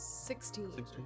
Sixteen